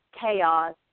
chaos